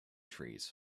trees